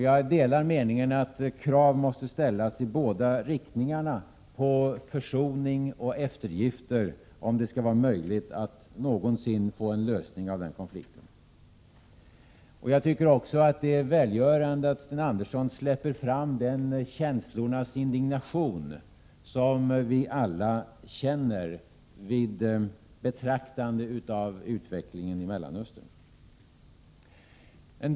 Jag delar meningen att krav måste ställas i båda riktningarna på försoning och eftergifter, om det skall vara möjligt att någonsin åstadkomma en lösning av den konflikten. Det är också välgörande att Sten Andersson släpper fram den känslornas indignation som vi alla känner vid betraktandet av utvecklingen i Mellanöstern.